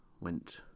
Went